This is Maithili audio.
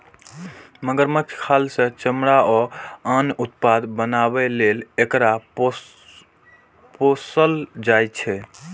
मगरमच्छक खाल सं चमड़ा आ आन उत्पाद बनाबै लेल एकरा पोसल जाइ छै